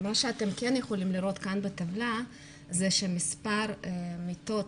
מה שאתם כן יכולים לראות כאן בטבלה זה שמספר המיטות